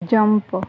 jump